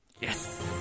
Yes